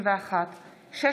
1661/23,